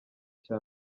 cya